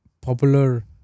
popular